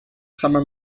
summer